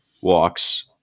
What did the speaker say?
walks